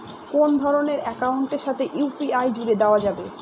কোন ধরণের অ্যাকাউন্টের সাথে ইউ.পি.আই জুড়ে দেওয়া যাবে?